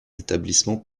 établissements